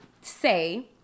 say